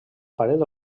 paret